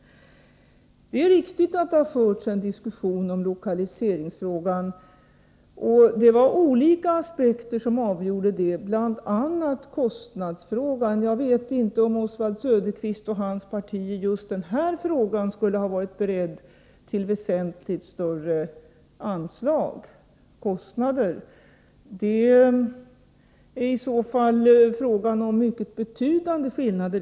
Det är riktigt att en diskussion har förts i lokaliseringsfrågan. Olika aspekter var avgörande, bl.a. kostnadsaspekten. Jag vet inte om Oswald Söderqvist och hans partivänner i just den här frågan skulle ha varit beredda att gå med på väsentligt större anslag. I så fall skulle det ha inneburit högst betydande skillnader.